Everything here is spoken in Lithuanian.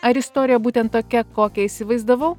ar istorija būtent tokia kokią įsivaizdavau